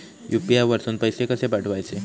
UPI वरसून पैसे कसे पाठवचे?